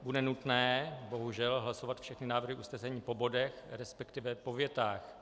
Bude nutné, bohužel, hlasovat všechny návrhy usnesení po bodech, resp. po větách.